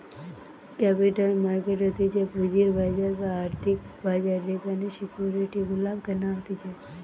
capital market হতিছে পুঁজির বাজার বা আর্থিক বাজার যেখানে সিকিউরিটি গুলা কেনা হতিছে